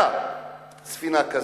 היתה ספינה כזאת.